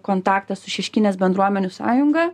kontaktą su šeškinės bendruomenių sąjunga